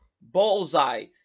bullseye